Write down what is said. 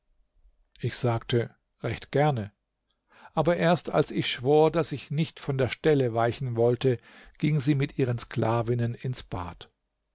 ich sagte recht gerne aber erst als ich schwor daß ich nicht von der stelle weichen wollte ging sie mit ihren sklavinnen ins bad